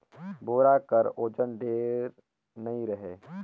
बोरा कर ओजन ढेर नी रहें